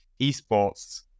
esports